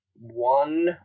one